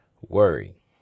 Worry